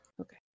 Okay